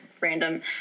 random